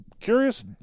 curious